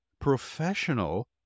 professional